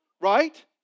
Right